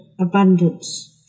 abundance